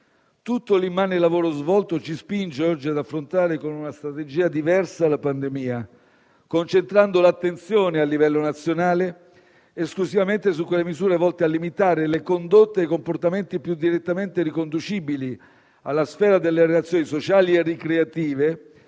Tutto l'immane lavoro svolto ci spinge oggi ad affrontare con una strategia diversa la pandemia, concentrando l'attenzione a livello nazionale esclusivamente su quelle misure volte a limitare le condotte e i comportamenti più direttamente riconducibili alla sfera delle relazioni sociali e ricreative,